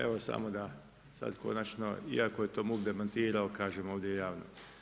Evo samo da sad konačno, iako je to MUP demantirao, kažem ovdje javno.